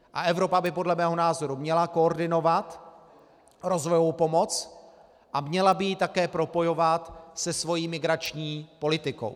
A Evropa by podle mého názoru měla koordinovat rozvojovou pomoc a měla by ji také propojovat se svou migrační politikou.